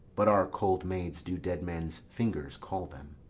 but our cold maids do dead men's fingers call them.